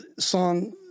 Song